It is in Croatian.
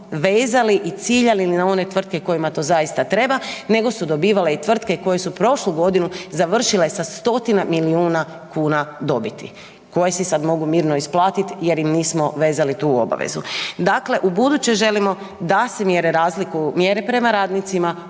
vezali i ciljali na one tvrtke kojima to zaista treba nego su dobivale i tvrtke koje su prošlu godinu završile sa 100-tine milijuna kuna dobiti. Koje si sad mogu mirno isplatiti jer im nismo vezali tu obavezu. Dakle, ubuduće želimo da se mjere razlikuju, mjere prema radnicima